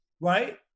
right